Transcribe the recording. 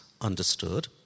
understood